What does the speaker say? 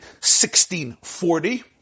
1640